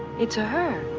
it's a her.